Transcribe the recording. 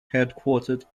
headquartered